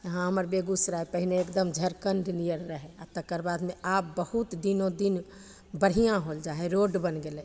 हमर बेगूसराय पहिले एकदम झरखण्ड नियर रहै आओर तकर बादमे आब बहुत दिनोदिन बढ़िआँ होल जाए हइ रोड बनि गेलै